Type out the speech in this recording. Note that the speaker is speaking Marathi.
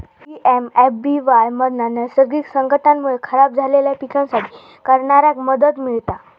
पी.एम.एफ.बी.वाय मधना नैसर्गिक संकटांमुळे खराब झालेल्या पिकांसाठी करणाऱ्याक मदत मिळता